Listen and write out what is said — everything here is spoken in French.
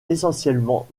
essentiellement